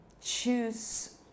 choose